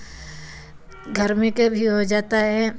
घर में के भी हो जाता है